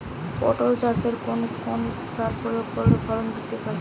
পটল চাষে কোন কোন সার প্রয়োগ করলে ফলন বৃদ্ধি পায়?